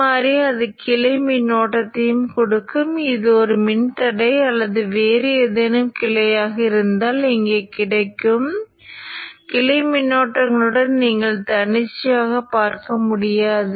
மாற்றியின் மின்னழுத்த மதிப்பீடுகளுக்கு என்ன நடக்கிறது என்பதைப் புரிந்துகொள்ள மின்னழுத்த அலைவடிவங்களைப் பார்க்கலாம்